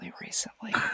recently